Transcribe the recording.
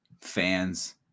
fans –